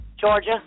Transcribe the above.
Georgia